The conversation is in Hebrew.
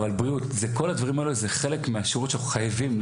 אבל כל הדברים האלו זה חלק מהשירות שאנחנו חייבים.